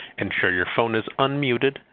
ensure your phone is unmuted,